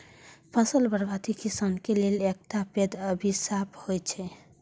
फसल बर्बादी किसानक लेल एकटा पैघ अभिशाप होइ छै